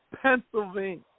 Pennsylvania